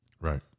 Right